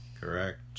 Correct